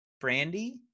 Brandy